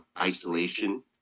isolation